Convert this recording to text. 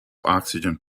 oxygen